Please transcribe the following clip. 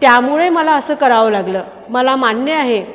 त्यामुळे मला असं करावं लागलं मला मान्य आहे